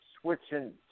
switching